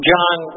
John